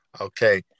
okay